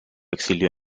exilió